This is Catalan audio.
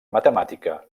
matemàtica